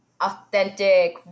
authentic